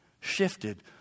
shifted